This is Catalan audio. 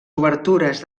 obertures